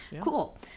Cool